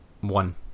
one